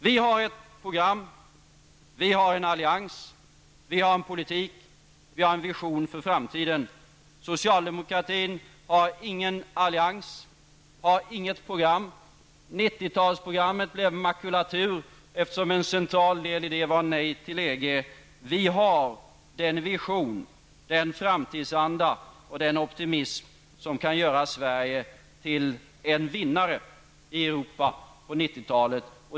Vi har ett program. Vi har en allians. Vi har en politik. Vi har ambitioner för framtiden. Socialdemokratin har ingen allians och inget program. 90-talsprogrammet blev makulatur eftersom en central del i det gällde nej till EG. Vi har den vision, framtidsanda och optimism som kan göra Sverige till en vinnare i Europa på 90-talet.